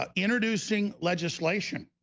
ah introducing legislation